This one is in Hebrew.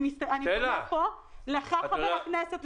אני פונה אליך ולחברי הכנסת,